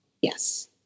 Yes